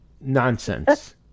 nonsense